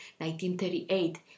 1938